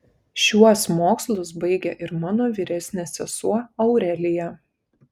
šiuos mokslus baigė ir mano vyresnė sesuo aurelija